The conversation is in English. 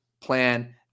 plan